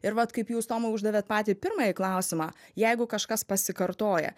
ir vat kaip jūs tomai uždavėt patį pirmąjį klausimą jeigu kažkas pasikartoja